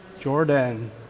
Jordan